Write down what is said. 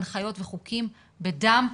הנחיות וחוקים בדם.